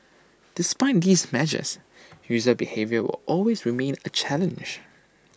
despite these measures user behaviour will always remain A challenge